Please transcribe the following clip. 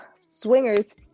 Swingers